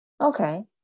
okay